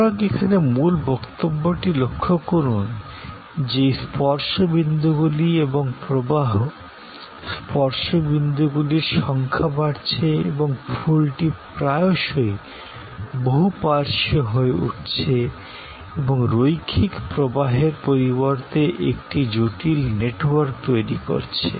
সুতরাং এখানে মূল বক্তব্যটি লক্ষ্য করুন যে এই স্পর্শ বিন্দুগুলি এবং প্রবাহ স্পর্শ বিন্দুগুলির সংখ্যা বাড়ছে এবং প্রবাহটি প্রায়শই বহুমাত্রিক হয়ে উঠছে এবং রৈখিক প্রবাহের পরিবর্তে একটি জটিল নেটওয়ার্ক তৈরি করছে